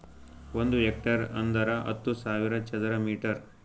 ಒಂದ್ ಹೆಕ್ಟೇರ್ ಅಂದರ ಹತ್ತು ಸಾವಿರ ಚದರ ಮೀಟರ್